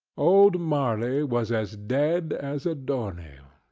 old marley was as dead as a door-nail.